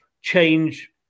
change